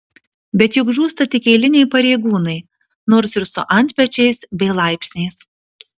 bet juk žūsta tik eiliniai pareigūnai nors ir su antpečiais bei laipsniais